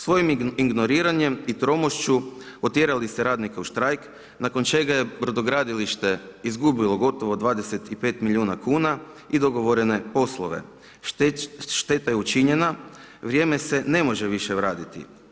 Svojim ignoriranjem i tromošću, otjerali ste radnike u štrajk, nakon čega je brodogradilište izgubilo gotov o25 milijuna kn i dogovorene poslove, šteta je učinjena, vrijeme se ne može više vratiti.